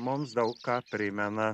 mums daug ką primena